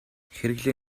хэрэглээ